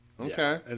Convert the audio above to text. Okay